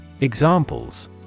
Examples